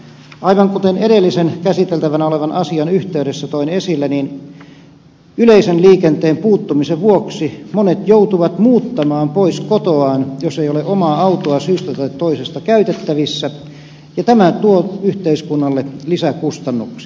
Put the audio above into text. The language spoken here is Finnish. aivan kuten edellisen käsiteltävänä olevan asian yhteydessä toin esille yleisen liikenteen puuttumisen vuoksi monet joutuvat muuttamaan pois kotoaan jos ei ole omaa autoa syystä tai toisesta käytettävissä ja tämä tuo yhteiskunnalle lisäkustannuksia